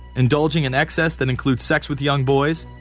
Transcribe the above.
indulging in excess that includes sex with young boys.